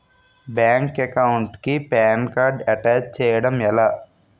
Bank account కి PAN card attach చేయడం ఎలా?